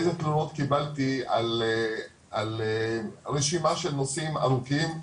איזה תלונות קיבלתי על רשימה של נושאים ארוכים,